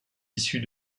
issus